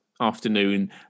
afternoon